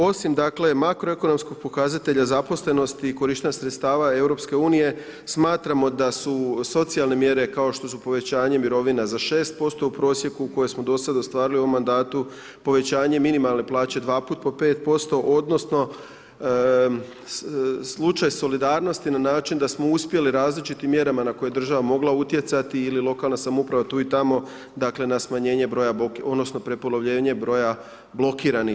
Osim makroekonomskog pokazatelja zaposlenosti korištenja sredstava EU, smatramo da su socijalne mjere, kao što su povećanje mirovina za 6% u prosjeku koje smo do sada ostvarili u ovom mandatu, povećanje minimalne plaće dva puta po 5%, odnosno, slučaj solidarnosti, na način, da smo uspjeli, različitim mjerama, na koje je država mogla utjecati ili lokalna samouprava tu i tamo, dakle, na smanjenje broja odnosno, prepolovljenje broja blokiranih.